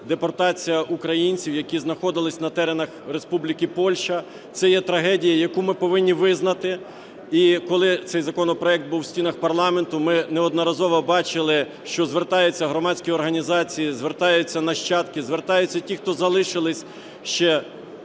депортація українців, які знаходились на теренах Республіки Польща, – це є трагедія, яку ми повинні визнати. І коли цей законопроект був в стінах парламенту, ми неодноразово бачили, що звертаються громадські організації, звертаються нащадки, звертаються ті, хто залишились ще